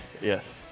yes